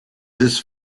this